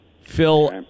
Phil